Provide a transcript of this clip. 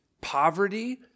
poverty